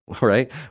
right